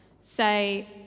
say